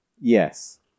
yes